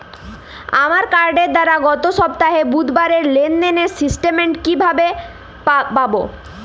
আমার কার্ডের দ্বারা গত সপ্তাহের বুধবারের লেনদেনের স্টেটমেন্ট কীভাবে হাতে পাব?